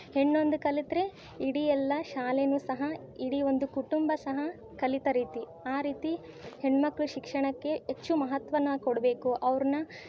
ಹೆಣ್ಣೊಂದು ಕಲಿತರೆ ಇಡೀ ಎಲ್ಲ ಶಾಲೆಯೂ ಸಹ ಇಡೀ ಒಂದು ಕುಟುಂಬ ಸಹ ಕಲಿತ ರೀತಿ ಆ ರೀತಿ ಹೆಣ್ಣುಮಕ್ಳು ಶಿಕ್ಷಣಕ್ಕೆ ಹೆಚ್ಚು ಮಹತ್ವನ ಕೊಡಬೇಕು ಅವ್ರನ್ನ